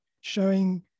showing